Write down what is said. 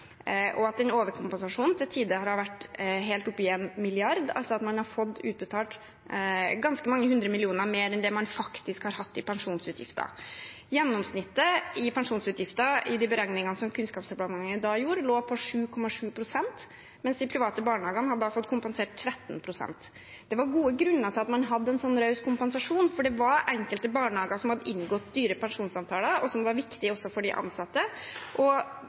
og at den overkompensasjonen til tider har vært helt oppe i 1 mrd. kr, altså at man har fått utbetalt ganske mange hundre millioner mer enn det man faktisk har hatt i pensjonsutgifter. Gjennomsnittet i pensjonsutgifter i de beregningene som Kunnskapsdepartementet da gjorde, lå på 7,7 pst., mens de private barnehagene hadde fått kompensert 13 pst. Det var gode grunner til at man hadde en sånn raus kompensasjon, for det var enkelte barnehager som hadde inngått dyre pensjonsavtaler, som var viktige for de ansatte, og